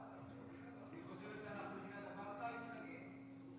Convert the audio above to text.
אם היא חושבת שאנחנו מדינת אפרטהייד, שתגיד.